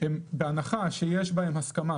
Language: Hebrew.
בהנחה שיש בהם הסכמה,